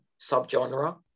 subgenre